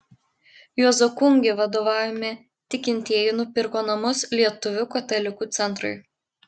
juozo kungi vadovaujami tikintieji nupirko namus lietuvių katalikų centrui